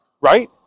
right